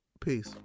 Peace